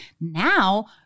Now